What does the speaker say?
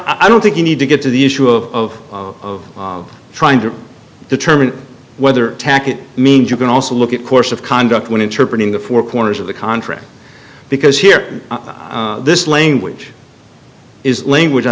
i don't think you need to get to the issue of trying to determine whether tack it means you can also look at course of conduct when interpret in the four corners of the contract because here this language is language i